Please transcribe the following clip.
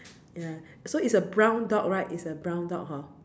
ya so is a brown dog right is a brown dog hor